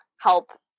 help